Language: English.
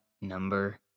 number